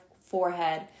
forehead